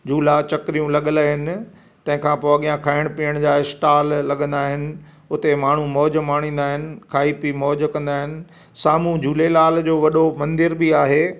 झूला चकरियूं लॻियल आहिनि तंहिंखा पोइ खाइण पीअण जा स्टाल लगंदा आहिनि उते माण्हू मौज माणींदा आहिनि खाई पी मौज कंदा आहिनि साम्हूं झूलेलाल जो वॾो मंदिर बि आहे